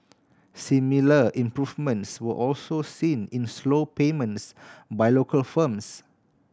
similar improvements were also seen in slow payments by local firms